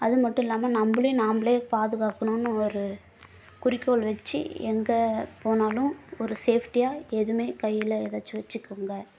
அது மட்டும் இல்லாமல் நம்மளே நாம்மளே பாதுகாக்கணுன்னு ஒரு குறிக்கோள் வச்சி எங்கே போனாலும் ஒரு சேஃப்டியாக எதுவுமே கையில் எதாச்சும் வச்சிக்கங்க